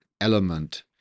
element